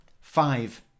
Five